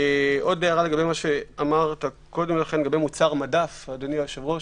לגבי הערתך על מוצר מדף, אדוני היושב-ראש,